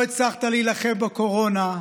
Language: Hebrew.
לא הצלחת להילחם בקורונה,